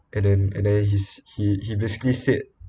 and then and then he's he he basically said